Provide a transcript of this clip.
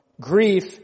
grief